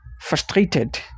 frustrated